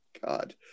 God